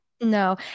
no